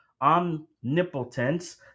omnipotence